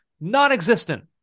non-existent